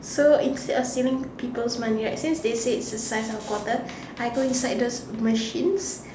so instead of stealing peoples money right since they said its the size of a quarter I go inside those machines